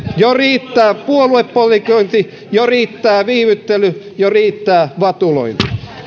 jo riittää puoluepolitikointi jo riittää viivyttely jo riittää vatulointi